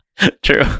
True